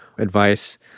advice